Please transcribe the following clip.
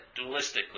dualistically